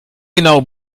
genau